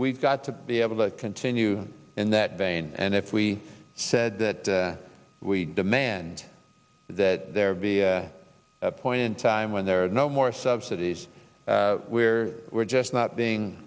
we've got to be able to continue in that vein and if we said that we demand that there be a point in time when there are no more subsidies where we're just not being